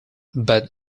but